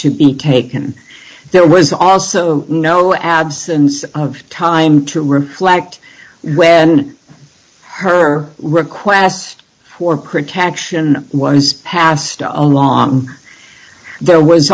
to be cake and there was also no absence of time to reflect when her request for protection was passed along there was